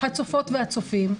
הצופות והצופים,